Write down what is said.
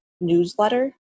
newsletter